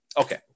Okay